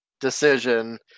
decision